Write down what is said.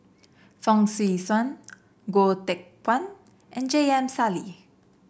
Fong Swee Suan Goh Teck Phuan and J M Sali